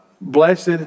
Blessed